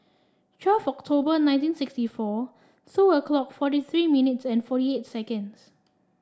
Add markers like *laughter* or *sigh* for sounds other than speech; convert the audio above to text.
twelve October nineteen sixty four *unintelligible* clock forty three minutes and forty eight seconds